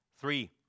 three